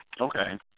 Okay